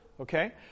okay